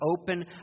open